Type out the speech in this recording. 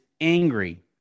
angry